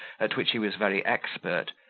at which he was very expert,